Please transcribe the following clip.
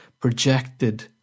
projected